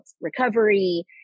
recovery